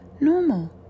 normal